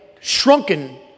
shrunken